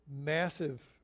massive